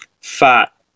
fat